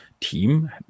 Team